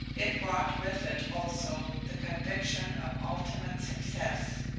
it brought with it also the conviction of ultimate success.